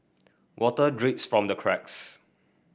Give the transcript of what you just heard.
water drips from the cracks